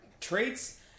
traits